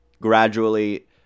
gradually